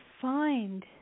find